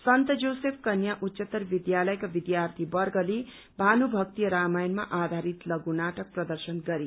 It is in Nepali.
सन्त जोसेफ कन्या उच्चतर विद्यालयका विद्यार्थीवर्गले भानुभक्तीय रामायणमा आधारित लघु नाटक प्रदर्शन गरे